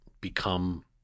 become